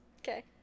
Okay